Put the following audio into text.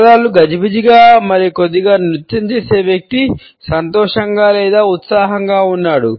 పాదాలు గజిబిజిగా మరియు కొద్దిగా నృత్యం చేస్తే వ్యక్తి సంతోషంగా లేదా ఉత్సాహంగా ఉన్నాడు